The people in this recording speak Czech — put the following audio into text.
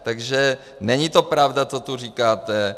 Takže není to pravda, co tu říkáte.